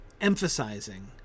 emphasizing